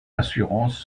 assurances